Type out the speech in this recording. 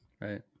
Right